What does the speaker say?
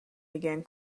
began